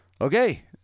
Okay